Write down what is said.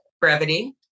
brevity